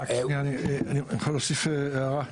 חייב להוסיף הערה.